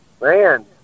man